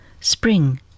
Spring